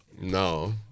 No